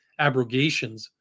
abrogations